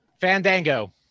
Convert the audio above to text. Fandango